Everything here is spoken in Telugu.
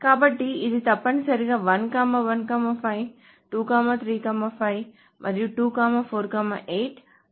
కాబట్టి ఇది తప్పనిసరిగా 1 1 5 2 3 5 మరియు 2 4 8 అవుతుంది